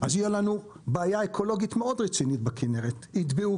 אז תהיה לנו בכנרת בעיה אקולוגית מאוד רצינית - כמה כלים יטבעו,